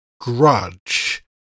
Grudge